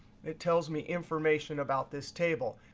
it tells me information about this table.